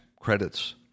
credits